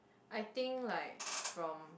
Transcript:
I think like from